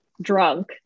drunk